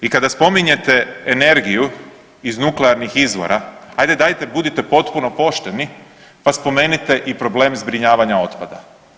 I kada spominjete energiju iz nuklearnih izvora, ajde dajte budite potpuno pošteni pa spomenite i problem zbrinjavanja otpada.